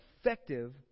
effective